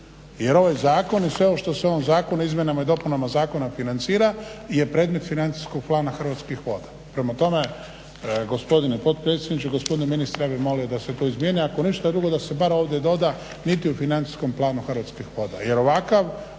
Jer ovaj zakon i sve ovo što se u ovom zakonu i izmjenama i dopunama zakona financira je predmet financijskog plana Hrvatskih voda. Prema tome gospodine potpredsjedniče, gospodine ministre ja bih molio da se to izmjeni, ako ništa drugo da se bar ovdje doda niti u financijskom planu Hrvatskih voda